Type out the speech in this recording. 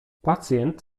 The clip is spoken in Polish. pacjent